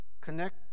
connect